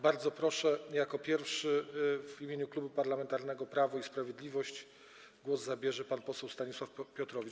Bardzo proszę, jako pierwszy, w imieniu Klubu Parlamentarnego Prawo i Sprawiedliwość, głos zabierze pan poseł Stanisław Piotrowicz.